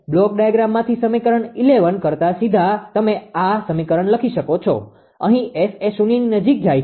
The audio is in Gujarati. બ્લોક ડાયાગ્રામમાંથી સમીકરણ 11 કરતાં સીધા તમે આ સમીકરણ લખી શકો છો અહીં S એ શૂન્યની નજીક જાય છે